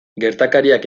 gertakariak